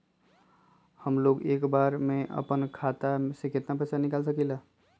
हमलोग एक बार में अपना खाता से केतना पैसा निकाल सकेला?